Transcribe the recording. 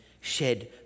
shed